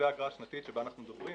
ואגרה שנתית שבה אנחנו מדברים,